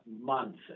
months